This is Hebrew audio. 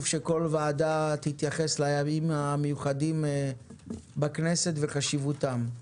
שכל ועדה תתייחס לימים המיוחדים בכנסת ולחשיבותם.